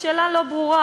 לא ברור.